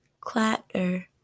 Clatter